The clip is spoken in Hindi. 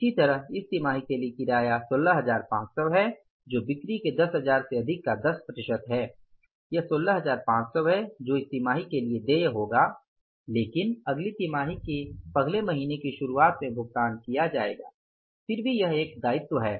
इसी तरह इस तिमाही के लिए किराया 16500 है जो बिक्री के 10000 से अधिक का 10 प्रतिशत है यह 16500 है जो इस तिमाही के लिए देय होगा लेकिन अगली तिमाही के पहले महीने की शुरुआत में भुगतान किया जाएगा फिर भी यह एक दायित्व है